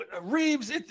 Reeves